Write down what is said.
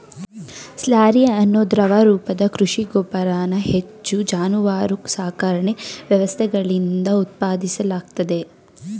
slurry ಅನ್ನೋ ದ್ರವ ರೂಪದ ಕೃಷಿ ಗೊಬ್ಬರನ ಹೆಚ್ಚು ಜಾನುವಾರು ಸಾಕಣೆ ವ್ಯವಸ್ಥೆಗಳಿಂದ ಉತ್ಪಾದಿಸಲಾಗ್ತದೆ